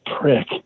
prick